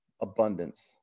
abundance